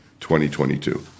2022